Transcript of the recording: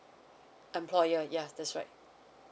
employer yeuh that's right